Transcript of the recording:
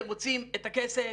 אתם רוצים את הכסף?